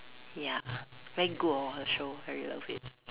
ya very good hor the show very love it